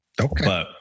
Okay